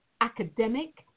academic